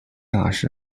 那时